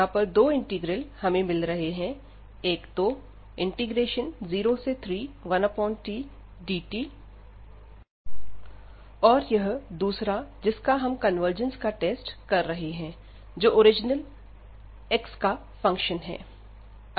यहां पर दो इंटीग्रल हमें मिल रहे हैं एक तो 031tdt और यह दूसरा जिसका हम कन्वर्जेंस का टेस्ट कर रहे हैं जो ओरिजिनल एक्स का फंक्शन है